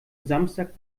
samstag